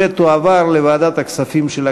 שעבוד ועיקול זכויות),